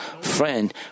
Friend